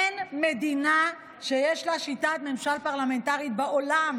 אין מדינה שיש לה שיטת ממשל פרלמנטרית בעולם